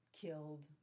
killed